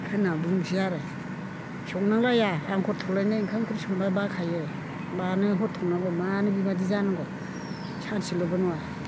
होनना बुंसै आरो संनांलाया आं हरथौलायनाय ओंखाम ओंख्रि संबा बाखायो मानो हरथौनांगौ मानो बेबादि जानांगौ सानसेलबो नङा